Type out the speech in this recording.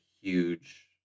huge